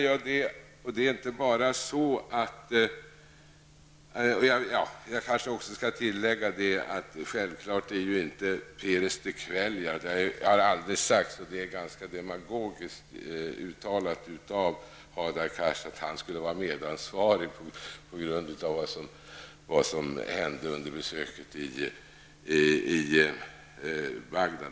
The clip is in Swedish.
Jag skall kanske tillägga att Perez de Cuellar -- det har aldrig sagts, utan det rör sig om ett ganska demagogiskt uttalande av Hadar Cars -- självfallet inte är medansvarig genom det som hände under besöket i Bagdad.